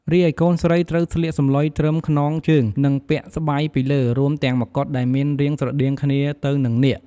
រីឯកូនស្រី ត្រូវស្លៀកសំឡុយត្រឹមខ្នងជើង និងពាក់ស្បៃពីលើ រួមទាំងម្កុដដែលមានរាងស្រដៀងគ្នាទៅនឹងនាគ។